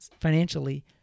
financially